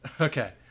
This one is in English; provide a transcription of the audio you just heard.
Okay